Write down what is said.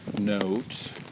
note